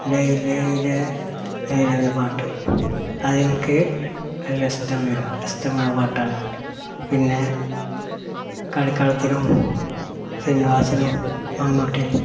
ലൈ ലൈ ലെ ലേയെന്ന പാട്ട് അതെനിക്ക് നല്ല ഇഷ്ടം വരും അത് ഇഷ്ടമുള്ള പാട്ടാണ് പിന്നെ കളിക്കളത്തിലും ശ്രീനിവാസനും മമ്മൂട്ടിയും